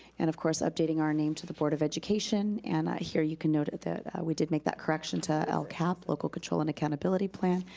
and of course, updating our name to the board of education. and here you can note that we did make that correction to lcap, local control and accountability plan.